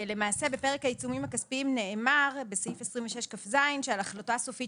בפרק העיצומים הכספיים נאמר בסעיף 26כז שעל ההחלטה הסופית